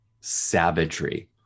savagery